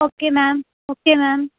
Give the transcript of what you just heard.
okay ma'am okay ma'am